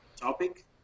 Topic